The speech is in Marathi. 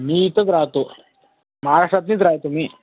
मी इथंच राहतो महाराष्ट्रातूनच राहतो मी